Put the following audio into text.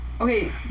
Okay